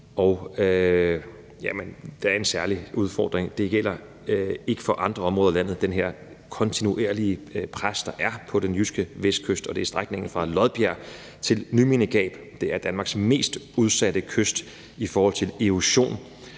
vestkyst. Der er en særlig udfordring, som ikke gælder for andre områder i landet, i det her kontinuerlige pres, der er på den jyske vestkyst, og det er strækningen fra Lodbjerg til Nymindegab. Det er Danmarks mest udsatte kyst i forhold til erosion,